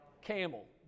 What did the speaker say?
camel